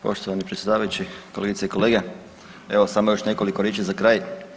Poštovani predsjedavajući, kolegice i kolege evo samo još nekoliko riječi za kraj.